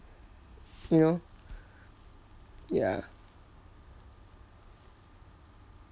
you know ya